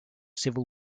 civil